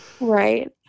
right